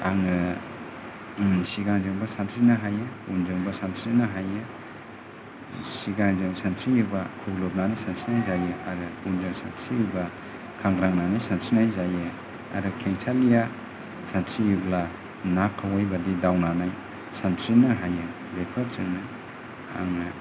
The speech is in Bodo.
आङो सिगांजोंबो सानस्रिनो हायो उनजोंबो सानस्रिनो हायो सिगांजों सानस्रियोबा खुग्लुबनानै सानस्रिनाय जायो आरो उनजों सानस्रियोबा खांग्रांनानै सानस्रिनाय जायो आरो खेंसालिया सानस्रियोब्ला ना खावै बादि दावनानै सानस्रिनो हायो बेफोरजोंनो आङो